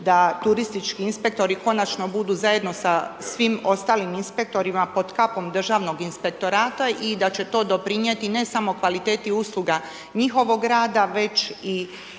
da turistički inspektori konačno budu zajedno sa svim ostalim inspektorima pod kapom Državnog inspektorata i da će to doprinijeti ne samo kvaliteti usluga njihovog rada već i